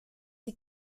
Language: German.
die